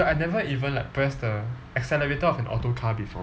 I never even like press the accelerator of an auto car before